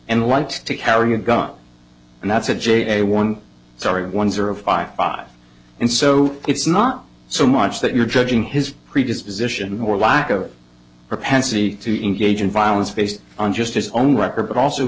likes to carry a gun and that's a j one sorry ones are of five five and so it's not so much that you're judging his predisposition or lack of propensity to engage in violence based on just his own record but also